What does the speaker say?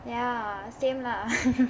ya same lah